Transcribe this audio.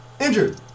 injured